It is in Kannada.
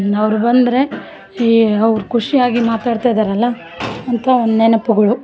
ಅವ್ರು ಬಂದರೆ ಏ ಅವ್ರು ಖುಷಿಯಾಗಿ ಮಾತಾಡ್ತಾ ಇದ್ದಾರಲ್ಲ ಅಂತ ನೆನಪುಗಳು